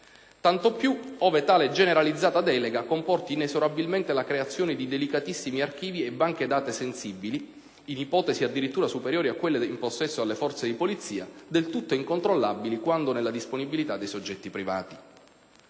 tanto più ove tale generalizzata delega comporti inesorabilmente la creazione di delicatissimi archivi e banche dati sensibili, in ipotesi addirittura superiori a quelle in possesso alle forze di polizia, del tutto incontrollabili quando nella disponibilità di soggetti privati.